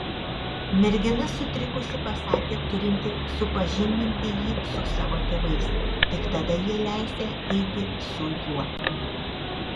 mergina sutrikusi pasakė turinti supažindinti jį su savo tėvais tik tada jie leisią eiti su juo